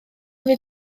fydd